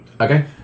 Okay